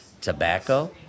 Tobacco